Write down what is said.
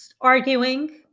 arguing